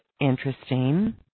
interesting